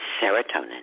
serotonin